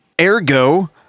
Ergo